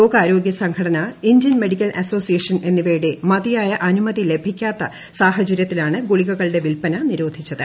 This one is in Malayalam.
ലോകാരോഗൃ സംഘടന ഇന്ത്യൻ മെഡിക്കൽ അസോസിയേഷൻ എന്നിവയുടെ മതിയായ അനുമതി ലഭിക്കാത്ത സാഹചര്യത്തിലാണ് ഗുളികകളുടെ വിൽപ്പന നിരോധിച്ചത്